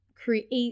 Create